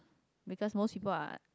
because most people are